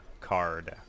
card